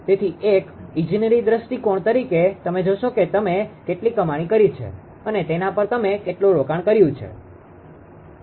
તેથી એક ઇજનેરી દૃષ્ટિકોણ તરીકે તમે જોશો કે તમે કેટલી કમાણી કરી છે અને તેના પર તમે કેટલું રોકાણ કર્યું છે